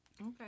Okay